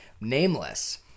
Nameless